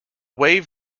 wave